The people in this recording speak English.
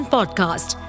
Podcast